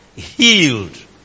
healed